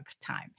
time